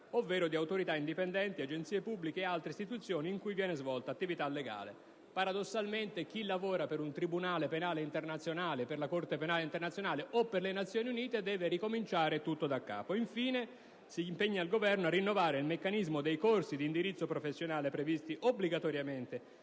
ovvero di autorità indipendenti, agenzie pubbliche e altre istituzioni in cui viene svolta attività legale. Paradossalmente, chi lavora per un Tribunale penale internazionale, per la Corte penale internazionale o per le Nazioni Unite deve ricominciare tutto daccapo. Infine, si impegna il Governo a rinnovare il meccansimo dei corsi di indirizzo professionale previsti obbligatoriamente